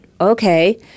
Okay